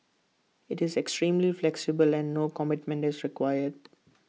IT is extremely flexible and no commitment is required